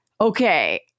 okay